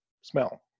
smell